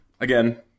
again